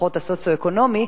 לפחות הסוציו-אקונומי,